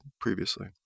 previously